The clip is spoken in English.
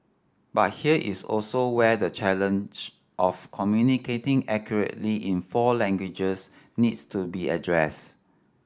but here is also where the challenge of communicating accurately in four languages needs to be addressed